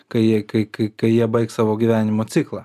kai jie kai kai kai jie baigs savo gyvenimo ciklą taip